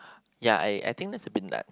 ya I I think that's a bit nut